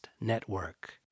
Network